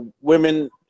women